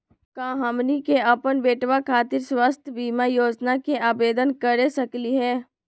का हमनी के अपन बेटवा खातिर स्वास्थ्य बीमा योजना के आवेदन करे सकली हे?